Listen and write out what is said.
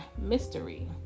mystery